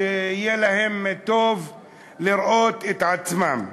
שיהיה להם טוב לראות את עצמם שם.